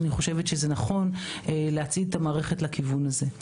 אני חושבת שזה נכון להצעיד את המערכת לכיוון הזה.